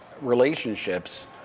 relationships